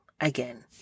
again